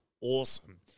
awesome